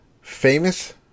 famous